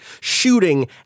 shooting